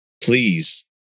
Please